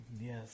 Yes